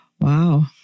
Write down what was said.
wow